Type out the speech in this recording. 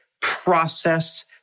process